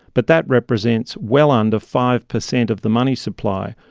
but that represents well under five per cent of the money supply,